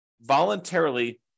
voluntarily